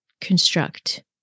construct